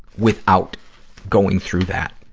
without going through that,